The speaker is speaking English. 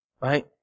Right